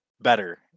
better